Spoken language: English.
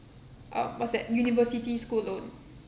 um what's that university school loan